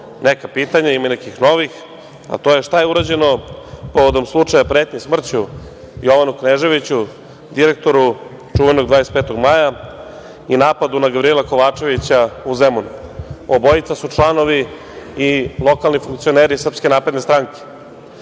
neka pitanja, ima nekih novih, a to je šta je urađeno povodom slučaja pretnje smrću Jovanu Kneževiću, direktoru čuvenog „25. maja“ i napadu na Gavrila Kovačevića u Zemunu? Obojica su članovi i lokalni funkcioneri SNS.Postavlja